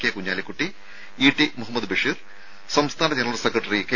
K Kunhalikutty E T Muhammad Basheer സംസ്ഥാന general secretary K